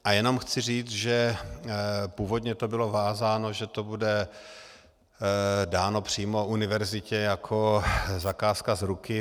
A jenom chci říct, že původně to bylo vázáno, že to bude dáno přímo univerzitě jako zakázka z ruky.